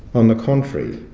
on the contrary,